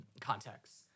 contexts